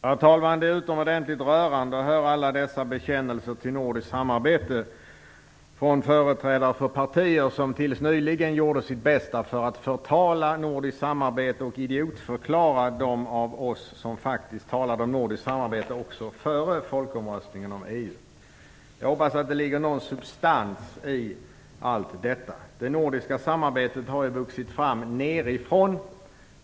Herr talman! Det är utomordentligt rörande att höra alla dessa bekännelser till nordiskt samarbete från företrädare för partier som tills nyligen gjorde sitt bästa för att förtala nordiskt samarbete och idiotförklara dem av oss som faktiskt talade om nordiskt samarbete också före folkomröstningen om EU. Jag hoppas att det ligger någon substans i allt detta. Det nordiska samarbetet har ju vuxit fram nedifrån.